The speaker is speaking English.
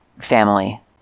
family